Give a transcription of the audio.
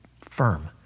firm